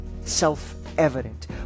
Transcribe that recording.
self-evident